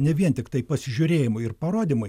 ne vien tiktai pasižiūrėjimui ir parodymui